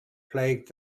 plagued